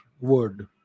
word